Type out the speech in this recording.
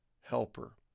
helper